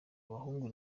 abahungu